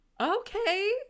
Okay